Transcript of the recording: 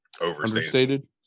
overstated